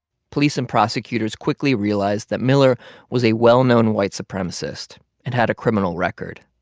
police and prosecutors quickly realized that miller was a well-known white supremacist and had a criminal record.